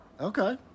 Okay